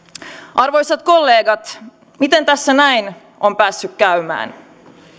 arvoisat kollegat miten tässä näin on päässyt käymään